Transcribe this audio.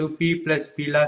41